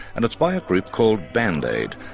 and it's by a group called band aid.